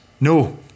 No